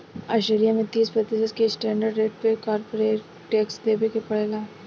Australia में तीस प्रतिशत के स्टैंडर्ड रेट से कॉरपोरेट टैक्स देबे के पड़ेला